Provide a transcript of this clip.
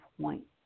point